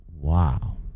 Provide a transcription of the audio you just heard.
wow